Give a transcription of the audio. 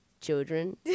children